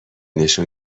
نشون